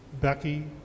Becky